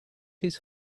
his